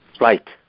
Right